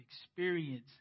experience